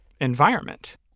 environment